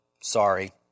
sorry